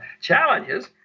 challenges